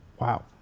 Wow